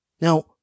Now